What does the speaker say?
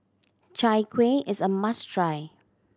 Chai Kueh is a must try